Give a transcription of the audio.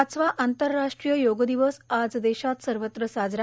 पाचवा आंतरराष्ट्रीय योगदिवस आज देशात सर्वत्र साजरा